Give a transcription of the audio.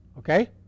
Okay